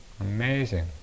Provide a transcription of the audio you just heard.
amazing